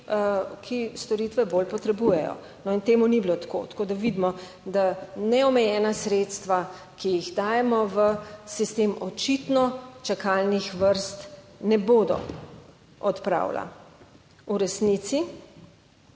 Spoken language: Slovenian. ki storitve bolj potrebujejo in temu ni bilo tako. Tako da vidimo, da neomejena sredstva, ki jih dajemo v sistem, očitno čakalnih vrst ne bodo odpravila. V resnici